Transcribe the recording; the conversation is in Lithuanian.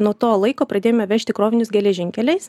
nuo to laiko pradėjome vežti krovinius geležinkeliais